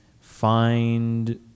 find